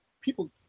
People